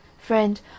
Friend